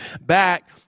back